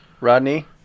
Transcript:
Rodney